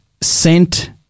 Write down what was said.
sent